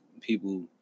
people